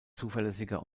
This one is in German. zuverlässiger